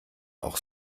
auch